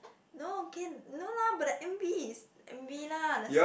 no can no lah but the M_V is M_V lah the song